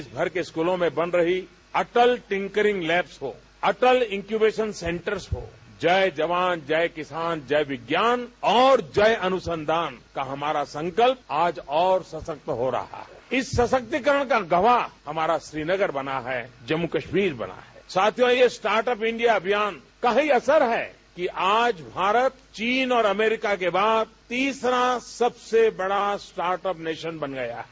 देश भर के स्कूलों में बन रही अटल टिक्करिंग लैंब को अटल इक्यूवेशन सेंटर्स को जय जवान जय किसान जय विज्ञान और जय अनुसंधान का हमारा संकल्प आज और सशक्त हो रहा है इस सशक्ति करण का गवाह हमारा श्री नगर दना है जम्मू कश्मीर बना है साथियों ये स्टार्ट अप इंडिया अभियान का ही असर है कि आज भारत चीन और अमेरिका के बाद तीसरा सबसे बड़ा स्टार्ट अप नेशन बन गया है